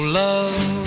love